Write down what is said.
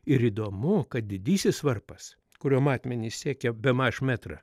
ir įdomu kad didysis varpas kurio matmenys siekia bemaž metrą